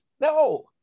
No